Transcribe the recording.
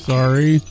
Sorry